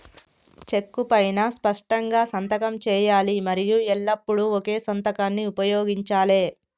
చెక్కు పైనా స్పష్టంగా సంతకం చేయాలి మరియు ఎల్లప్పుడూ ఒకే సంతకాన్ని ఉపయోగించాలే